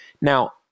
Now